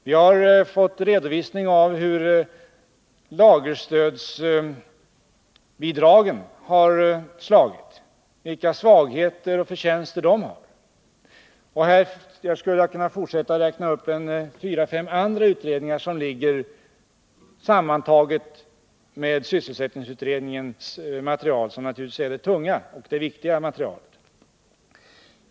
Vi har också fått en redovisning av hur lagerstödsbidraget slagit ut, vilka svagheter och förtjänster det har. Och jag skulle kunna fortsätta att räkna upp fyra fem andra utredningar som finns med i bakgrundsmaterialet tillsammans med sysselsättningsutredningens material, som naturligtvis är det tunga och viktiga materialet.